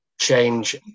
change